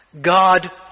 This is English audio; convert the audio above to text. God